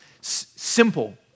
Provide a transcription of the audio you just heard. simple